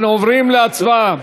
אנחנו עוברים להצבעה.